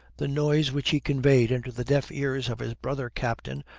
the noise which he conveyed into the deaf ears of his brother captain,